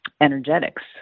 energetics